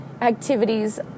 activities